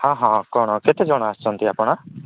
ହଁ ହଁ କ'ଣ କେତେ ଜଣ ଆସୁଛନ୍ତି ଆପଣ